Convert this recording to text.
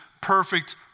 perfect